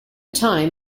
time